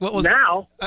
now